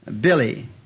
Billy